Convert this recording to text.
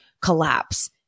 collapse